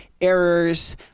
errors